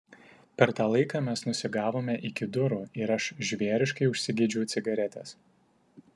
per tą laiką mes nusigavome iki durų ir aš žvėriškai užsigeidžiau cigaretės